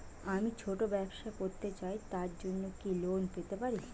আমি ছোট ব্যবসা করতে চাই তার জন্য কি লোন পেতে পারি?